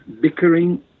bickering